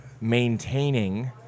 maintaining